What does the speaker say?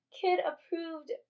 kid-approved